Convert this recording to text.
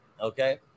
okay